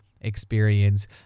experience